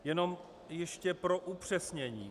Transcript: Jenom ještě pro upřesnění.